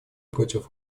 против